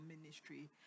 ministry